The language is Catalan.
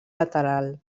lateral